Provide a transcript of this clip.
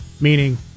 meaning